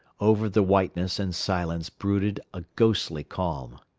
over the whiteness and silence brooded a ghostly calm.